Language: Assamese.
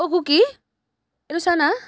অ' কুকি এইটো চা না